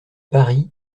paris